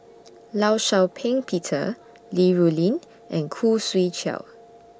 law Shau Ping Peter Li Rulin and Khoo Swee Chiow